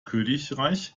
königreich